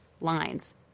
lines